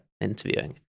interviewing